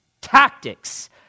tactics